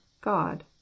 God